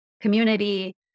community